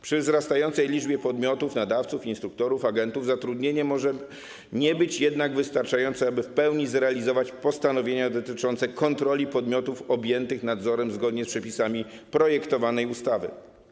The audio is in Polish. Przy wzrastającej liczbie podmiotów, nadawców, instruktorów, agentów zatrudnienie może nie być jednak wystarczające, aby w pełni zrealizować postanowienia dotyczące kontroli podmiotów objętych nadzorem zgodnie z przepisami projektowanej ustawy.